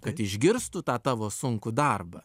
kad išgirstų tą tavo sunkų darbą